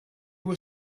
were